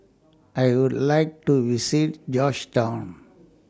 I Would like to visit Georgetown